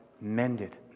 mended